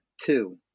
two